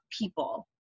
people